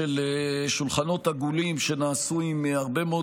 של שולחנות עגולים שנעשו עם הרבה מאוד